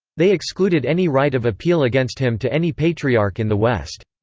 they excluded any right of appeal against him to any patriarch in the west.